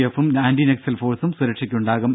എഫും ആന്റി നക്സൽ ഫോഴ്സും സുരക്ഷയ്ക്ക് ഉണ്ടാകും